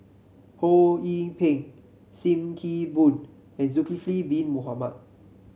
Ho Yee Ping Sim Kee Boon and Zulkifli Bin Mohamed